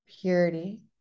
purity